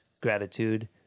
gratitude